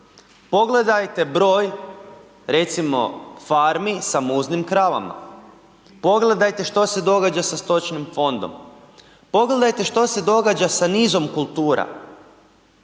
Pogledajte broj recimo farmi sa muznim kravama, pogledajte što se događa sa stočnim fondom, pogledajte što se događa sa nizom kultura.